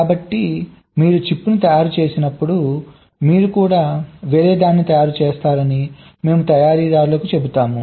కాబట్టి మీరు చిప్ను తయారుచేసేటప్పుడు మీరు కూడా వేరేదాన్ని తయారు చేస్తారని మేము తయారీదారులకు చెబుతాము